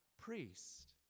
priest